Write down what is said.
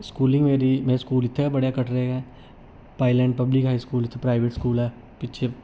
schooling मेरी में school इत्थैं गै पढ़ेआ कटरे गै पाईलैंट पव्लिक हाई स्कूल इत्थै प्राइवेट स्कूल ऐ पिच्छें